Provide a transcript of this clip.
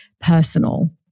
personal